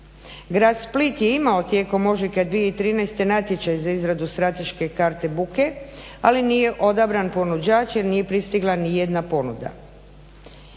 Grad Split je imao tijekom ožujka 2013. natječaj za izradu strateške karte buke, ali nije odabran ponuđač jer nije pristigla ni jedna ponuda.